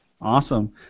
Awesome